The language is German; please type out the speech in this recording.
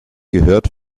gehört